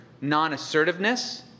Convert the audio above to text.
non-assertiveness